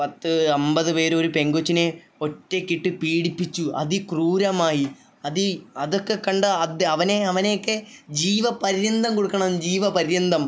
പത്ത് അമ്പത് പേരൊരു പെങ്കൊച്ചിനെ ഒറ്റയ്ക്കിട്ട് പീഡിപ്പിച്ചു അതിക്രൂരമായി അത് അതൊക്കെ കണ്ട അത് അവനെ അവനെയൊക്കെ ജീവപര്യന്തം കൊടുക്കണം ജീവപര്യന്തം